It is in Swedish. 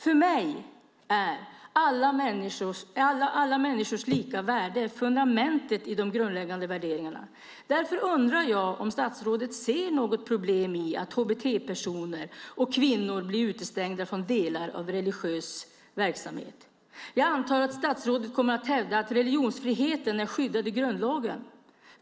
För mig är alla människors lika värde fundamentet i de grundläggande värderingarna. Därför undrar jag om statsrådet ser något problem i att hbt-personer och kvinnor blir utestängda från delar av religiös verksamhet. Jag antar att statsrådet kommer att hävda att religionsfriheten är skyddad i grundlagen.